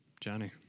Johnny